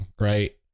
right